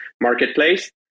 marketplace